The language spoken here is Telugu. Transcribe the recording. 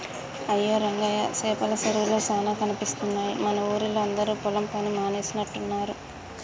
అయ్యో రంగయ్య సేపల సెరువులే చానా కనిపిస్తున్నాయి మన ఊరిలా అందరు పొలం పని మానేసినట్టున్నరు